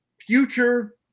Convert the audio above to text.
future